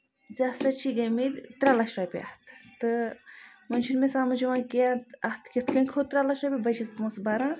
ژےٚ ہَسا چھی گٔمٕتۍ ترے لَچھ رۄپیہِ اَتھٕ تہٕ وۄنۍ چھُنہٕ مےٚ سَمجھ یِوان کیٚنہہ اَتھ کِتھ کٔنۍ کھوٚت ترے لَچھ رۄپیہِ بہٕ ہَے چھَس پونسہٕ بَران